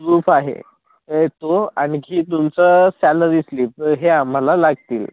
proof आहे तो आणखी तुमचं सॅलरी स्लीप हे आम्हाला लागतील